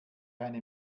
eine